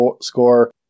score